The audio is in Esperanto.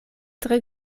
tre